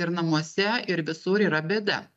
ir namuose ir visur yra bėda